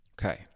Okay